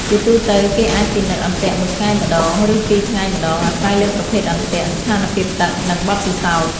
ជាទូទៅ គេអាចពិនិត្យអន្ទាក់មួយថ្ងៃម្តង ឬពីរថ្ងៃម្តង អាស្រ័យលើប្រភេទអន្ទាក់ ស្ថានភាពទឹក និងបទពិសោធន៍។